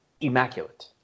immaculate